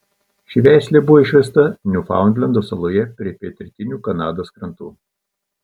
ši veislė buvo išvesta niufaundlendo saloje prie pietrytinių kanados krantų